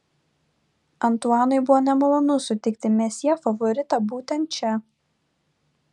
antuanui buvo nemalonu sutikti mesjė favoritą būtent čia